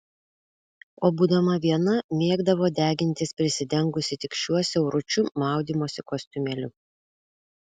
o būdama viena mėgdavo degintis prisidengusi tik šiuo siauručiu maudymosi kostiumėliu